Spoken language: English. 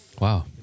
Wow